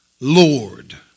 Lord